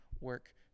work